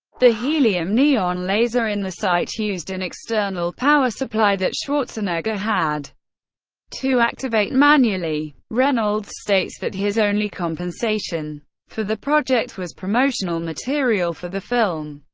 the helium-neon laser in the sight used an external power supply that schwarzenegger had to activate manually. reynolds states that his only compensation for the project was promotional material for the film.